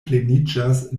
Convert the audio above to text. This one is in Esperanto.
pleniĝas